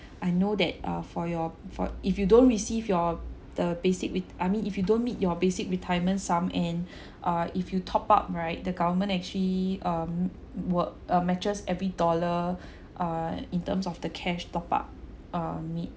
I know that uh for your for if you don't receive your the basic with I mean if you don't meet your basic retirement sum and uh if you top up right the government actually um will uh matches every dollar err in terms of the cash top up uh meet